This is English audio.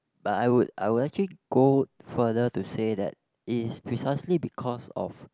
but I would I would actually go further to say that it is precisely because of